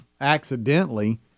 accidentally